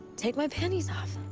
take my panties off.